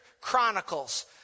Chronicles